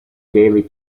daily